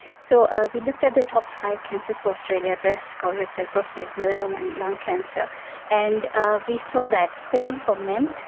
so ah we looked at the top five cancers for australia breast, colorectal, prostate, melanoma and lung cancer and ah we saw that especially for men,